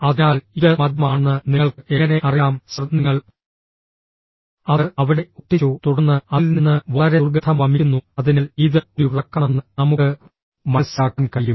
അതിനാൽ ഇത് മദ്യമാണെന്ന് നിങ്ങൾക്ക് എങ്ങനെ അറിയാം സർ നിങ്ങൾ അത് അവിടെ ഒട്ടിച്ചു തുടർന്ന് അതിൽ നിന്ന് വളരെ ദുർഗന്ധം വമിക്കുന്നു അതിനാൽ ഇത് ഒരു റാക്കാണെന്ന് നമുക്ക് മനസ്സിലാക്കാൻ കഴിയും